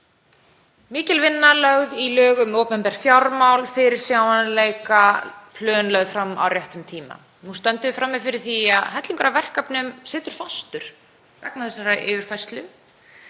Mikil vinna var lögð í lög um opinber fjármál, fyrirsjáanleika, plön lögð fram á réttum tíma. Nú stöndum við frammi fyrir því að hellingur af verkefnum situr fastur vegna þessarar yfirfærslu,